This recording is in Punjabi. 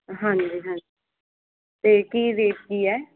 ਹਾਂਜੀ ਹਾਂਜੀ ਅਤੇ ਕੀ ਰੇਟ ਕੀ ਹੈ